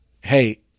hey